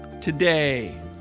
today